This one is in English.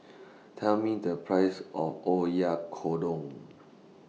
Tell Me The Price of Oyakodon